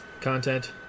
Content